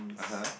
(uh huh)